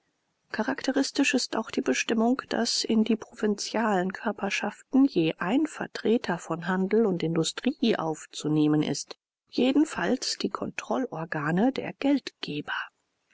charakteristisch ist auch die bestimmung daß in die provinzialen körperschaften je ein vertreter von handel und industrie aufzunehmen ist jedenfalls die kontrollorgane der geldgeber